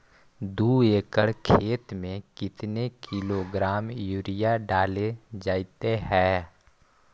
दू एकड़ खेत में कितने किलोग्राम यूरिया डाले जाते हैं?